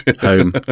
Home